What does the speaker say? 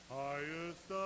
highest